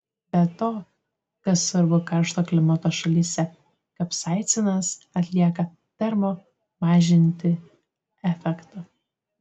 be to kas svarbu karšto klimato šalyse kapsaicinas atlieka termo mažinantį efektą